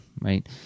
right